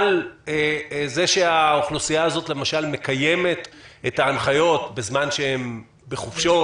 על זה שהאוכלוסייה הזאת מקיימת את ההנחיות בזמן שהם בחופשות